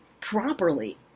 properly